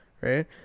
right